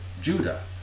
Judah